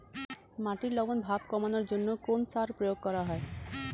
মাটির লবণ ভাব কমানোর জন্য কোন সার প্রয়োগ করা হয়?